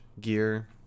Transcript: gear